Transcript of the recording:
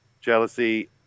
jealousy